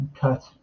cut